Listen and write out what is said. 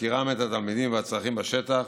בהכירם את התלמידים והצרכים בשטח,